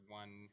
one